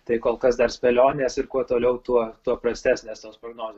tai kol kas dar spėlionės ir kuo toliau tuo tuo prastesnės tos prognozės